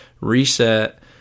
reset